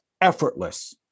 effortless